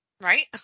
Right